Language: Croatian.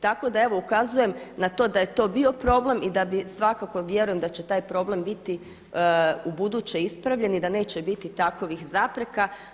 Tako da evo ukazujem na to da je to bio problem i da svakako vjerujem da će taj problem biti ubuduće ispravljen i da neće biti takovih zapreka.